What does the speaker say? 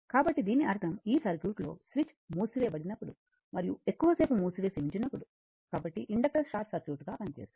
కాబట్టి దీని అర్థం ఈ సర్క్యూట్లో స్విచ్ మూసి వేయబడినప్పుడు మరియు ఎక్కువసేపు మూసివేసి ఉంచినప్పుడు కాబట్టి ఇండక్టర్ షార్ట్ సర్క్యూట్గా పనిచేస్తుంది